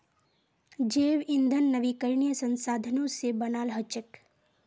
जैव ईंधन नवीकरणीय संसाधनों से बनाल हचेक